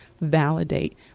validate